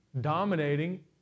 dominating